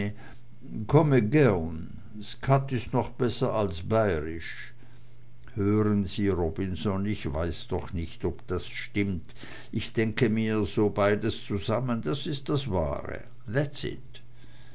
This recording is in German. skat ist noch besser als bayrisch hören sie robinson ich weiß doch nicht ob das stimmt ich denke mir so beides zusammen das ist das wahre